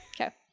Okay